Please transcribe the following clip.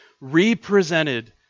represented